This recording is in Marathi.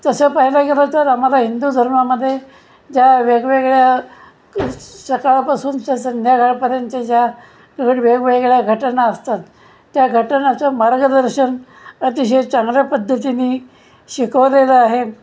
तसं पाहायला गेलं तर आम्हाला हिंदू धर्मामध्ये ज्या वेगवेगळ्या सकाळपासून तर संध्याकाळपर्यंत ज्या वेगवेगळ्या घटना असतात त्या घटनाचं मार्गदर्शन अतिशय चांगल्या पद्धतीने शिकवलेलं आहे